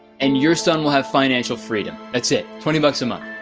and your son will have financial freedom. that's it? twenty bucks a month.